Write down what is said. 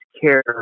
care